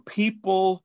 people